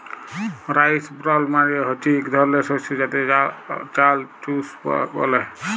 rice ব্রল মালে হচ্যে ইক ধরলের শস্য যাতে চাল চুষ ব্যলে